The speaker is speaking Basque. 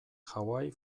hawaii